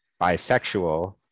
bisexual